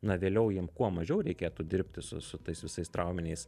na vėliau jiem kuo mažiau reikėtų dirbti su su tais visais trauminiais